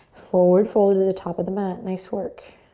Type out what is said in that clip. forward fold at the top of the mat. nice work.